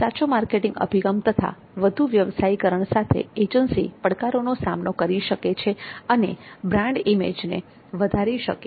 સાચો માર્કેટિંગ અભિગમ તથા વધુ વ્યાવસાયીકરણ સાથે એજન્સી પડકારોનો સામનો કરી શકે છે અને તેમની બ્રાન્ડ ઇમેજ ને વધારે શકે છે